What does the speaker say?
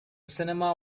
cinema